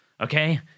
okay